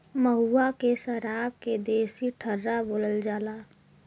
महुआ के सराब के देसी ठर्रा बोलल जाला